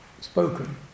spoken